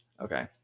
okay